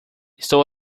estou